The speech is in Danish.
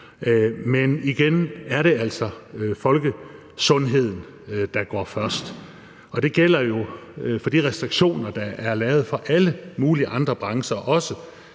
men igen er det altså folkesundheden, der går først. Og det gælder jo også i forhold til de restriktioner, der er lavet for alle mulige andre brancher. Det